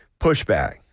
pushback